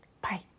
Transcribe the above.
Bye